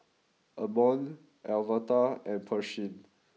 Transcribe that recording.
Ammon Alverda and Pershing